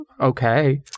okay